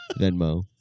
Venmo